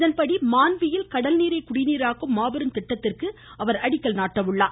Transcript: இதன்படி மாண்ட்வியில் கடல்நீரை குடிநீராக்கும் மாபெரும் திட்டத்திற்கு அவர் அடிக்கல் நாட்டுகிறார்